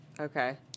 Okay